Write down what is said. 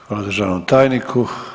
Hvala državnom tajniku.